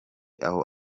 aho